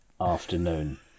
afternoon